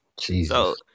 Jesus